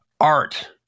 art